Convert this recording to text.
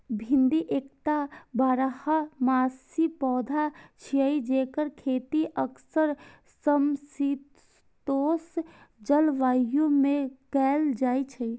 भिंडी एकटा बारहमासी पौधा छियै, जेकर खेती अक्सर समशीतोष्ण जलवायु मे कैल जाइ छै